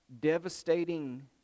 devastating